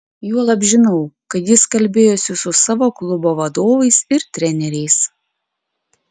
juolab žinau kad jis kalbėjosi su savo klubo vadovais ir treneriais